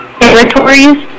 territories